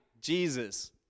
Jesus